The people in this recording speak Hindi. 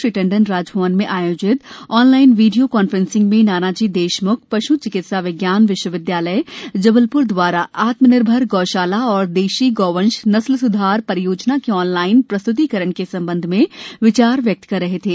श्री टंडन राजभवन में आयोजित ऑनलाइन वीडियो कॉन्फ्रेंसिंग में नानाजी देशम्ख पश् चिकित्सा विज्ञान विश्वविद्यालय जबलप्र द्वारा आत्मनिर्भर गौशाला और देशी गोवंश नस्ल सुधार परियोजना के ऑनलाइन प्रस्त्तिकरण के संबंध में विचार व्यक्त कर रहे थे